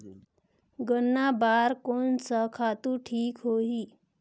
गन्ना बार कोन सा खातु ठीक होही?